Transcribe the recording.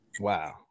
Wow